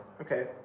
Okay